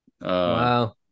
wow